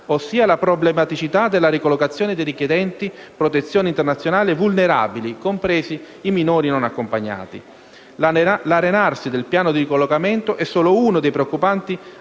ossia la problematicità della ricollocazione dei richiedenti protezione internazionale vulnerabili, compresi i minori non accompagnati. L'arenarsi del piano di ricollocamento è solo uno dei preoccupanti